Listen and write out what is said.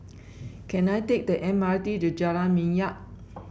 can I take the M R T to Jalan Minyak